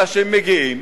אנשים מגיעים,